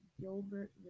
Gilbert